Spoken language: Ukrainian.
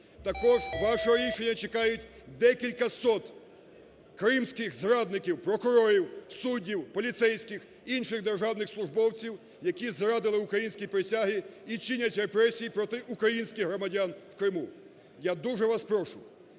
Також вашого рішення чекають декількасот кримських зрадників – прокурорів, суддів, поліцейських, інших державних службовців, які зрадили українські присязі і чинять репресії проти українських громадян в Криму. Я дуже вас прошу